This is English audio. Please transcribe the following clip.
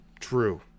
true